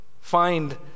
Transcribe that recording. Find